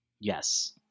yes